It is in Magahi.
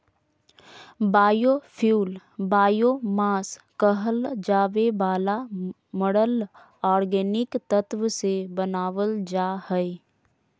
बायोफ्यूल बायोमास कहल जावे वाला मरल ऑर्गेनिक तत्व से बनावल जा हइ